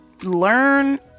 learn